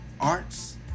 arts